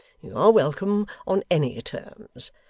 you are welcome on any terms.